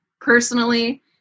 personally